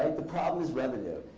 the problem is revenue.